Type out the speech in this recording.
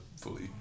fully